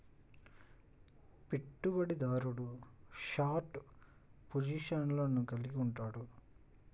పెట్టుబడిదారుడు షార్ట్ పొజిషన్లను కలిగి ఉంటాడు